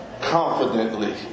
confidently